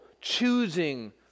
choosing